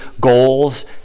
goals